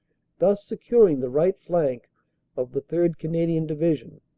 thus securing the right flank of the third. canadian division.